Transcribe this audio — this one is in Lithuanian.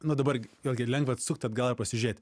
nu dabar vėlgi lengva atsukt atgal ir pasižiūrėti